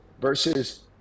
versus